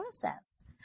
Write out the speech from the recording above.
process